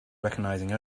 recognizing